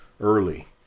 early